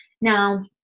Now